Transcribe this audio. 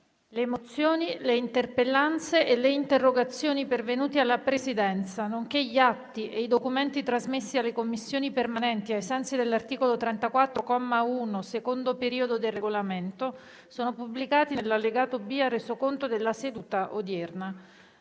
Le mozioni, le interpellanze e le interrogazioni pervenute alla Presidenza, nonché gli atti e i documenti trasmessi alle Commissioni permanenti ai sensi dell'articolo 34, comma 1, secondo periodo, del Regolamento sono pubblicati nell'allegato B al Resoconto della seduta odierna.